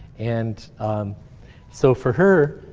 and so for her,